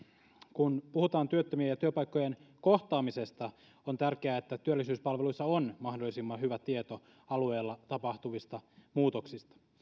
kun puhutaan työttömien ja työpaikkojen kohtaamisesta on tärkeää että työllisyyspalveluissa on mahdollisimman hyvä tieto alueella tapahtuvista muutoksista